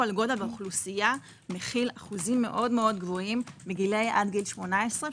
גודל האוכלוסייה מכיל אחוזים מאוד גבוהים מגילאי עד גיל 18,